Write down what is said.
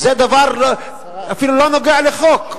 זה דבר שאפילו לא נוגע לחוק.